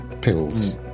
pills